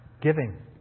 giving